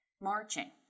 marching